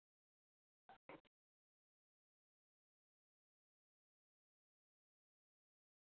आता ताई तेवढया थ एवढया थंडीमध्ये तिथे व्यवस्था राहणार का थंडीमध्ये आपली थोडी हे झालं पाहिजे ना